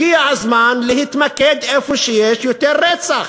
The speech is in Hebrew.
הגיע הזמן להתמקד איפה שיש יותר רצח,